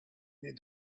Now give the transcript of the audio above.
naît